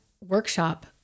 workshop